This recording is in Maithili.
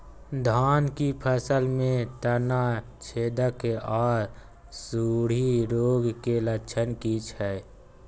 धान की फसल में तना छेदक आर सुंडी रोग के लक्षण की छै?